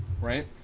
right